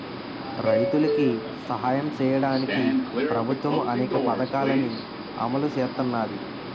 రైతులికి సాయం సెయ్యడానికి ప్రభుత్వము అనేక పథకాలని అమలు సేత్తన్నాది